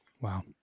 Wow